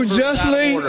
justly